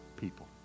people